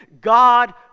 God